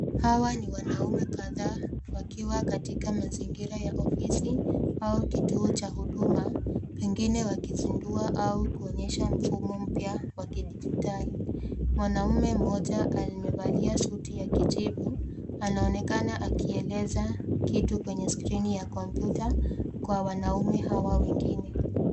Hawa ni wanaume kadhaa wakiwa katika mazingira ya ofisi, au kituo cha huduma, pengine wakizindua au kuonyesha mfumo mpya wa kidijitali. Mwanaume mmoja amevalia suti ya kijivu, anaonekana akieleza kitu kwenye skrini ya kompyuta kwa wanaume hawa wengine.